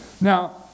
Now